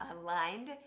Aligned